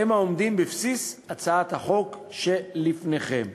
הוא העומד בבסיס הצעת החוק שלפניכם.